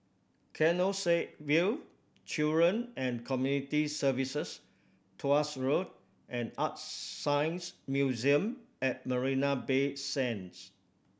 Canossaville Children and Community Services Tuas Road and ArtScience Museum at Marina Bay Sands